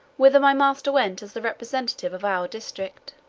whither my master went as the representative of our district.